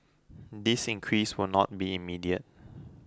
this increase will not be immediate